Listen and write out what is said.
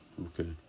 Okay